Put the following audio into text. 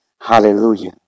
Hallelujah